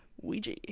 Ouija